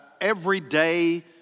everyday